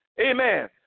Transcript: Amen